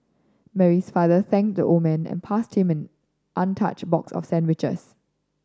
Mary's father thanked the old man and passed him an untouched box of sandwiches